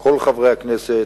כל חברי הכנסת,